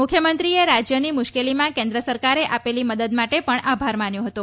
મુખ્યમંત્રીએ રાજયની મુશ્કેલીમાં કેન્દ્ર સરકારે આપેલી મદદ માટે પણ આભાર માન્યો હતો